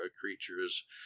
Creatures